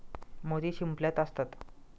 मोती शिंपल्यात असतात